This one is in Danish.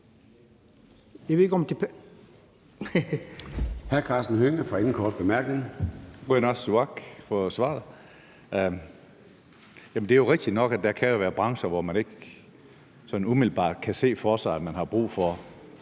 Det er jo rigtigt nok, at der kan være brancher, hvor man ikke sådan umiddelbart kan se for sig, at man har brug for